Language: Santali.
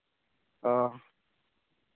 ᱚ